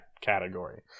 category